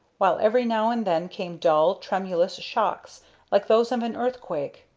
while every now and then came dull, tremulous shocks like those of an earthquake.